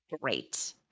great